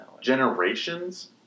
Generations